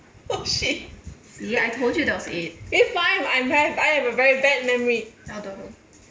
oh shit okay fine I I have a very bad memory